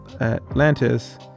atlantis